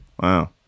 Wow